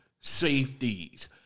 safeties